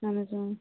اَہَن حظ اۭں